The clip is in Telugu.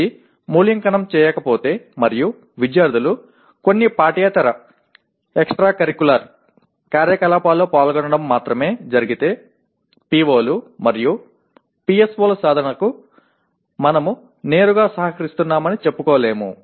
ఇది మూల్యాంకనం చేయకపోతే మరియు విద్యార్థులు కొన్ని పాఠ్యేతరఎక్స్ట్రా కరికులర్ కార్యకలాపాల్లో పాల్గొనడం మాత్రమే జరిగితే PO లు మరియు PSO ల సాధనకు మనము నేరుగా సహకరిస్తున్నామని చెప్పుకోలేము